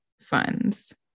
funds